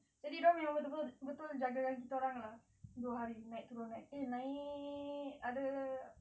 jadi memang dorang betul-betul betul jaga kan kita orang lah dua hari naik turun naik eh naik ada